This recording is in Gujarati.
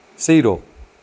શીરો